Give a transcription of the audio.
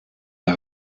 der